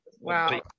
wow